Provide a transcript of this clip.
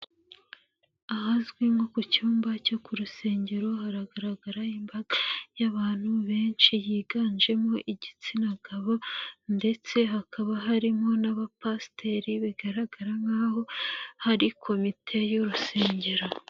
Ahazwi nko ku cyumba cyo ku rusengero, haragaragara imbaga y'abantu benshi yiganjemo igitsina gabo ndetse hakaba harimo n'abapasiteri, bigaragara nkaho hari komite y'urusengero.